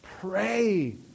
Pray